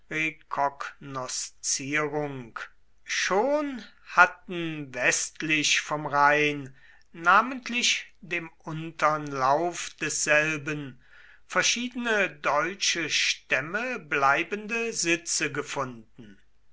schon hatten westlich vom rhein namentlich dem untern lauf desselben verschiedene deutsche stämme bleibende sitze gefunden